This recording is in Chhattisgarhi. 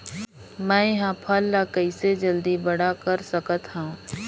मैं ह फल ला कइसे जल्दी बड़ा कर सकत हव?